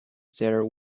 there